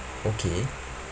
okay